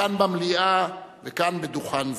כאן במליאה וכאן בדוכן זה.